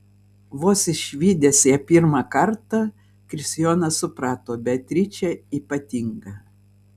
vos išvydęs ją pirmą kartą kristijonas suprato beatričė ypatinga